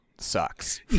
sucks